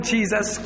Jesus